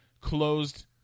closed